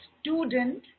Student